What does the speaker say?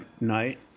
night